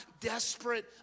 desperate